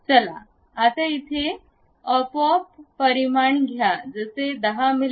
चला आता इथे आपोआप परिमाण घ्या जसे की 10 मिमी